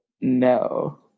No